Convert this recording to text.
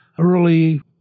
early